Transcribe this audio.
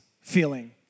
feeling